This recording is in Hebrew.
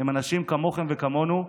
הם אנשים כמוכם וכמונו,